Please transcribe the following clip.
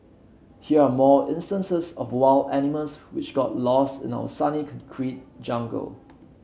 here are more instances of wild animals which got lost in our sunny concrete jungle